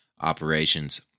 operations